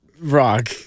Rock